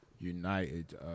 United